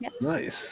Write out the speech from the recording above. Nice